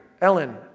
Ellen